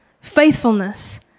faithfulness